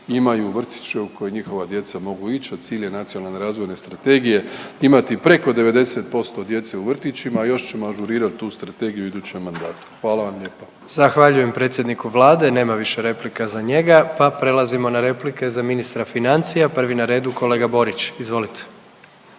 imaju vrtiće u koje njihova djeca mogu ići, a cilj je Nacionalne razvojne strategije imati preko 90% djece u vrtićima, a još ćemo ažurirati tu strategiju u idućem mandatu. Hvala vam lijepa. **Jandroković, Gordan (HDZ)** Zahvaljujem predsjedniku Vlade nema više replika za njega, pa prelazimo na replike za ministra financija. Prvi na redu kolega Borić, izvolite.